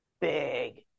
big